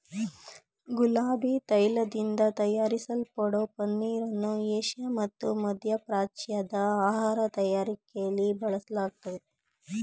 ಗುಲಾಬಿ ತೈಲದಿಂದ ತಯಾರಿಸಲ್ಪಡೋ ಪನ್ನೀರನ್ನು ಏಷ್ಯಾ ಮತ್ತು ಮಧ್ಯಪ್ರಾಚ್ಯದ ಆಹಾರ ತಯಾರಿಕೆಲಿ ಬಳಸಲಾಗ್ತದೆ